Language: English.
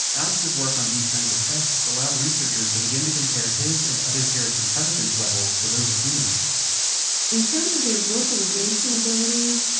alex's work on these kinds of tests allowed researchers to begin to compare his and other parrots' intelligence levels to those of humans in terms of their vocalization abilities,